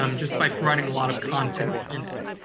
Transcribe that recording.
um just by providing a lot of content in it.